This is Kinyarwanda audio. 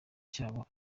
byabo